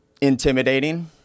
intimidating